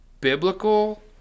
biblical